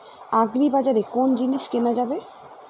আগ্রিবাজারে কোন জিনিস কেনা যাবে?